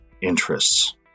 interests